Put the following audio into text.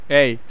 Hey